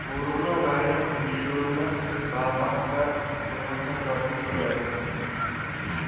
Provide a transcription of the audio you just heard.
corona virus insurance باپتھ کَر پانٛژھ ہَتھ رۄپیہِ سِلیکٹ